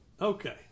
Okay